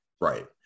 right